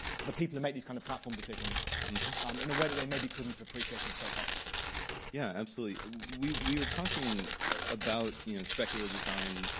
for the people that make these kind of platform decisions um in a way that they maybe couldn't appreciate it so far. jess yeah absolutely. we we were talking about, you know, speculative design,